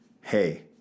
hey